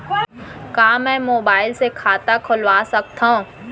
का मैं मोबाइल से खाता खोलवा सकथव?